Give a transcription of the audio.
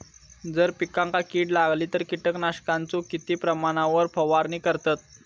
जर पिकांका कीड लागली तर कीटकनाशकाचो किती प्रमाणावर फवारणी करतत?